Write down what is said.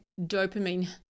dopamine